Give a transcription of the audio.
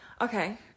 Okay